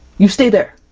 you stay there!